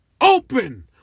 open